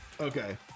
Okay